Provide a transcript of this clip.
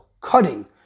cutting